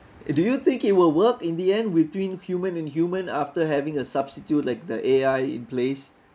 do you think it will work in the end between human and human after having a substitute like the A_I in place